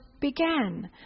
began